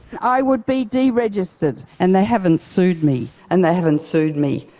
i would be deregistered. and they haven't sued me. and they haven't sued me,